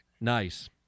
Nice